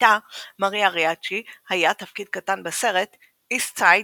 לביתה מריה ריאצ'י היה תפקיד קטן בסרט איסט סייד,